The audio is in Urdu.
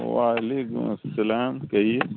وعلیکم السلام کہیے